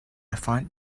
find